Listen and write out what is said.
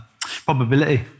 probability